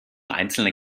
einzelne